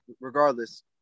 regardless